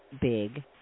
big